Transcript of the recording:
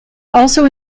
also